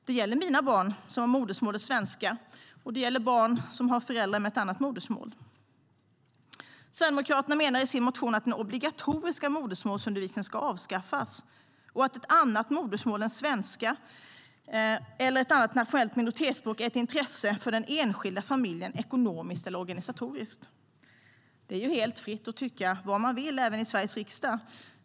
Det gäller mina barn, som har modersmålet svenska, och det gäller barn som har föräldrar med annat modersmål. Sverigedemokraterna menar i sin motion att den obligatoriska modersmålsundervisningen ska avskaffas och att ett annat modersmål än svenska eller ett nationellt minoritetsspråk är ett intresse för den enskilda familjen ekonomiskt och organisatoriskt. Det är ju fritt att tycka vad man vill, även i Sveriges riksdag.